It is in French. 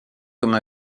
comme